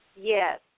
Yes